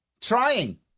trying